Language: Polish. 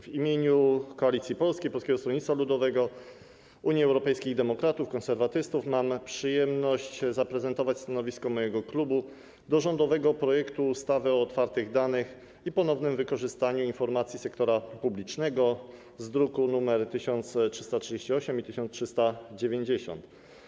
W imieniu Koalicji Polskiej - Polskiego Stronnictwa Ludowego, Unii Europejskich Demokratów, Konserwatystów mam przyjemność zaprezentować stanowisko mojego klubu wobec rządowego projektu ustawy o otwartych danych i ponownym wykorzystywaniu informacji sektora publicznego, druki nr 1338 i 1390.